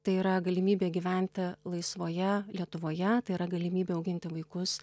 tai yra galimybė gyventi laisvoje lietuvoje tai yra galimybė auginti vaikus